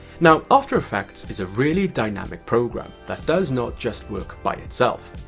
now after effects is a really dynamic program that does not just work by itself.